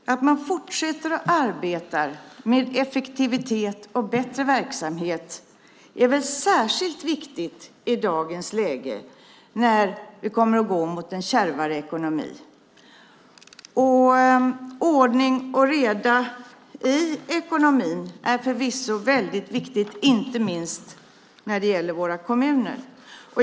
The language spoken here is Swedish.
Herr talman! Det är särskilt viktigt att man fortsätter att arbeta med effektivitet och bättre verksamhet i dagens läge när vi kommer att gå mot en kärvare ekonomi. Ordning och reda i ekonomin är förvisso viktigt, inte minst när det gäller våra kommuner.